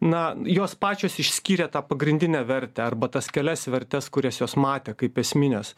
na jos pačios išskyrė tą pagrindinę vertę arba tas kelias vertes kurias jos matė kaip esmines